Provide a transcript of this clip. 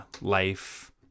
life